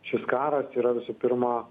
šis karas yra visų pirma